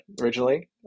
originally